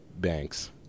Banks